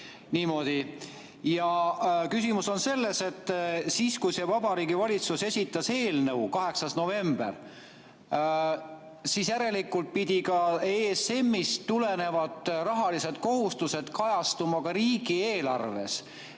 Niimoodi. Küsimus on selles, et kui Vabariigi Valitsus esitas eelnõu 8. novembril, siis järelikult pidid ka ESM‑ist tulenevad rahalised kohustused kajastuma riigieelarves.